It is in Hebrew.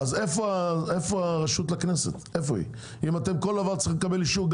איפה הכנסת אם כל דבר צריך לקבל אישור,